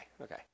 Okay